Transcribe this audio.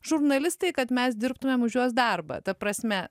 žurnalistai kad mes dirbtumėm už juos darbą ta prasme